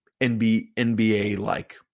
NBA-like